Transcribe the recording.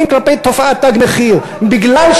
כלפי תופעת "תג מחיר" מה אתה משווה?